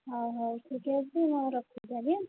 ହଉ ହଉ ଠିକ୍ଅଛି ମୁଁ ରଖୁଛି ଆଜ୍ଞା